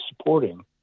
supporting